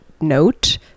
note